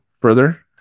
further